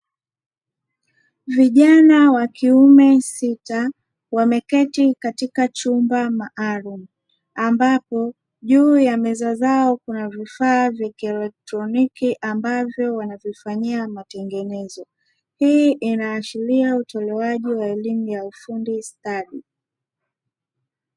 Vijana wa kiume sita wameketi katika chumba maalumu, ambapo juu ya meza zao kuna vifaa vya kielektroniki ambavyo wanavifanyia matengenezo. Hii inaashiria utolewaji wa elimu ya ufundi stadi.